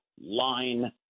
line